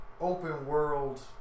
open-world